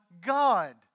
God